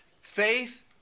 Faith